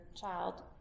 child